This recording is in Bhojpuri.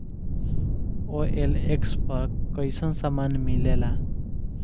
ओ.एल.एक्स पर कइसन सामान मीलेला?